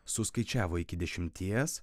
suskaičiavo iki dešimties